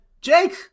Jake